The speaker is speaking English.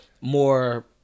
More